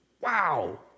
Wow